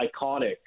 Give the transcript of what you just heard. iconic